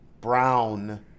brown